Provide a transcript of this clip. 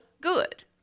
good